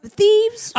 thieves